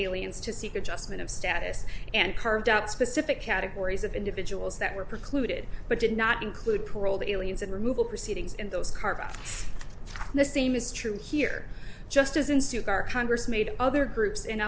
aliens to seek adjustment of status and carved out specific categories of individuals that were precluded but did not include paroled aliens in removal proceedings and those carve up the same is true here just as in suits our congress made other groups